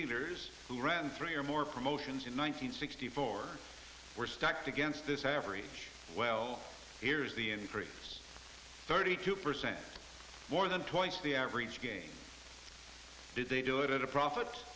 dealers who ran three or more promotions in one nine hundred sixty four were stacked against this average well here's the increase thirty two percent more than twice the average game did they do it at a profit